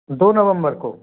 दो नवम्बर को